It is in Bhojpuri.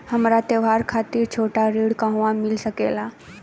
हमरा त्योहार खातिर छोटा ऋण कहवा मिल सकेला?